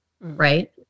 right